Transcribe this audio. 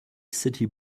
city